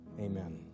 Amen